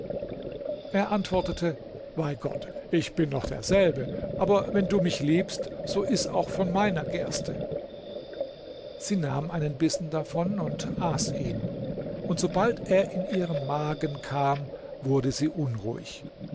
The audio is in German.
er antwortete bei gott ich bin noch derselbe aber wenn du mich liebst so iß auch von meiner gerste sie nahm einen bissen davon und aß ihn und sobald er in ihren magen kam wurde sie unruhig